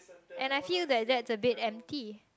and I feel that that's a bit empty